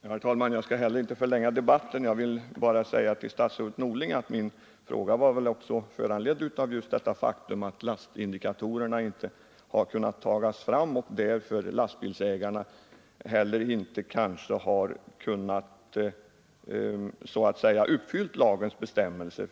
Herr talman! Inte heller jag skall förlänga debatten. Jag vill bara säga till statsrådet Norling, att min fråga också var föranledd av det faktum att man inte kunnat få fram några lastindikatorer. På grund därav har lastbilsägarna inte heller kunnat följa lagens bestämmelser.